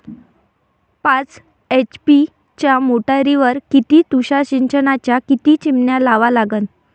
पाच एच.पी च्या मोटारीवर किती तुषार सिंचनाच्या किती चिमन्या लावा लागन?